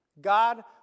God